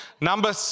Number